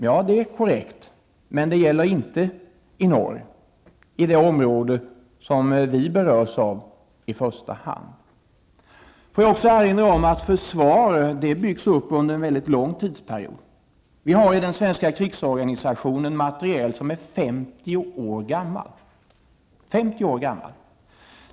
Ja, det är korrekt, men det gäller inte i norr, som är det område som vi i första hand berörs av. Jag vill också erinra om att ett försvar byggs upp under en väldigt lång tidsperiod. I den svenska krigsorganisationen finns det materiel som är 50 år gammal.